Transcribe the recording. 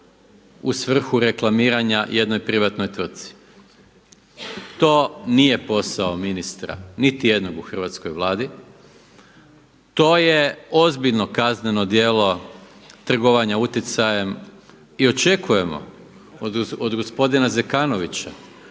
u svrhu reklamiranja jednoj privatnoj tvrtci. To nije posao ministra niti jednog u hrvatskoj Vladi. To je ozbiljno kazneno djelo trgovanja utjecajem i očekujemo od gospodina Zekanovića